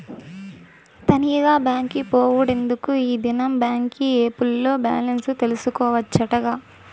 తనీగా బాంకి పోవుడెందుకూ, ఈ దినం బాంకీ ఏప్ ల్లో బాలెన్స్ తెల్సుకోవచ్చటగా